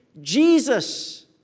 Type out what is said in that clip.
Jesus